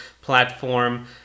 platform